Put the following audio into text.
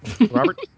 Robert